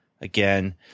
again